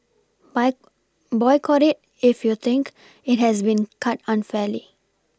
by Boycott it if you think it has been cut unfairly